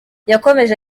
yakomeje